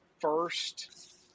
first